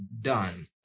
done